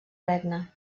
regne